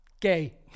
Gay